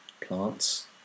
plants